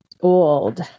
old